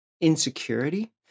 insecurity